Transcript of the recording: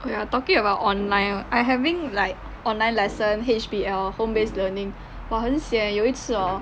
oh ya talking about online I having like online lesson H_B_L home based learning !wah! 很 sian 有一次 hor